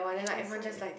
I saw it